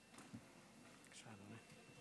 שמעתי קודם את יאיר לפיד טוען שבגלל